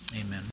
Amen